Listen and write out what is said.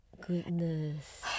Goodness